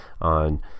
on